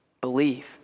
believe